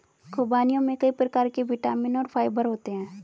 ख़ुबानियों में कई प्रकार के विटामिन और फाइबर होते हैं